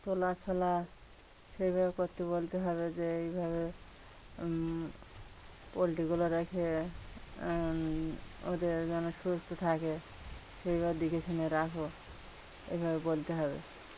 তোলা ফেলা সেইভাবে করতে বলতে হবে যে এইভাবে পোলট্রিগুলো রেখে ওদের মানে সুস্থ থাকে সেইভাবে দেখেশুনে রাখো এভাবে বলতে হবে